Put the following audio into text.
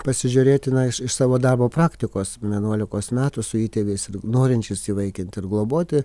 pasižiurėti na iš iš savo darbo praktikos vienuolikos metų su įtėviais ir norinčius įvaikinti ir globoti